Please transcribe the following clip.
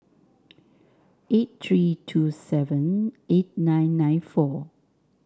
eight three two seven eight nine nine four